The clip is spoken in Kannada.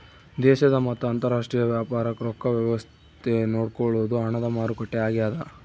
ದೇಶದ ಮತ್ತ ಅಂತರಾಷ್ಟ್ರೀಯ ವ್ಯಾಪಾರಕ್ ರೊಕ್ಕ ವ್ಯವಸ್ತೆ ನೋಡ್ಕೊಳೊದು ಹಣದ ಮಾರುಕಟ್ಟೆ ಆಗ್ಯಾದ